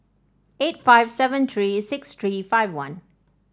eight five seven three six three five one